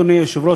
אדוני היושב-ראש,